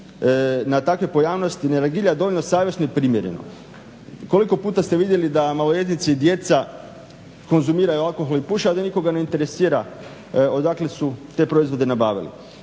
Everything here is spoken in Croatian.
na takve pojavnosti ne reagiraju dovoljno savjesno i primjereno. Koliko puta ste vidjeli da maloljetnici djeca konzumiraju alkohol i puše, a da nikoga ne interesira odakle su te proizvode nabavili?